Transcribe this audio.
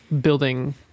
building